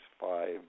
five